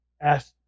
Ask